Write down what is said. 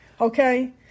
Okay